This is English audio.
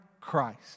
Christ